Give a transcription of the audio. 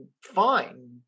fine